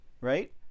right